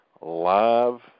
live